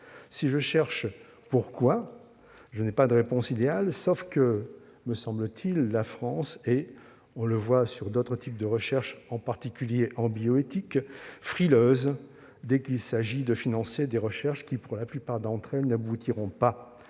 Si je cherche à savoir pourquoi, je n'ai pas de réponse idéale, sauf que, me semble-t-il, la France, comme on le voit sur d'autres types de recherche, en particulier en bioéthique, est frileuse dès qu'il s'agit de financer des travaux, qui, pour la plupart d'entre eux, n'aboutiront pas.